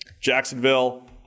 Jacksonville